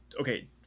okay